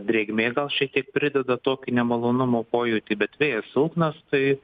drėgmė gal šiek tiek prideda tokį nemalonumo pojūtį bet vėjas silpnas tai